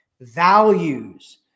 Values